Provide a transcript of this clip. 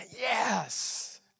yes